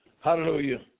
Hallelujah